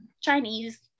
Chinese